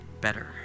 better